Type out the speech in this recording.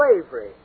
slavery